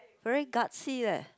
very gassy leh